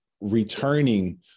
returning